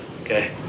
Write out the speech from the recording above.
okay